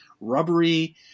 rubbery